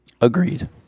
Agreed